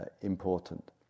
important